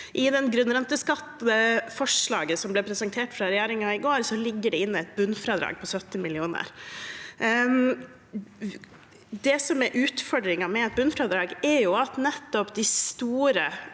fra regjeringen i går, ligger det inne et bunnfradrag på 70 mill. kr. Det som er utfordringen med et bunnfradrag, er at nettopp de store